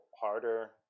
harder